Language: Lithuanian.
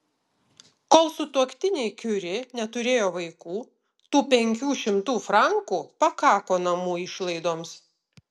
kol sutuoktiniai kiuri neturėjo vaikų tų penkių šimtų frankų pakako namų išlaidoms